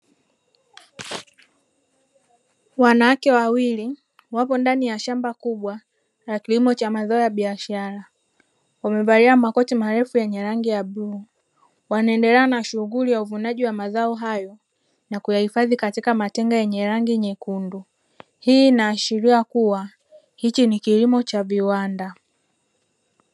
Wanawake wawili wapo ndani ya shamba kubwa la kilimo cha mazao ya biashara wamevalia makoti marefu yenye rangi ya bluu, wanaendelea na shughuli ya uvunaji wa mazao hayo na kuyahifadhi katika matendo yenye rangi nyekundu, hii inaashiria kuwa hichi ni kilimo cha viwanda.